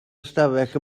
ystafell